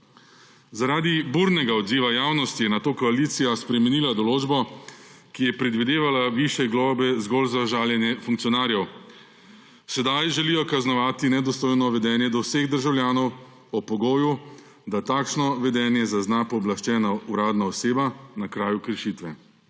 Zaradi burnega odziva javnosti je nato koalicija spremenila določbo, ki je predvidevala višje globe zgolj za žaljenje funkcionarjev. Sedaj želijo kaznovati nedostojno vedenje do vseh državljanov ob pogoju, da takšno vedenje zazna pooblaščena uradna oseba na kraju kršitve.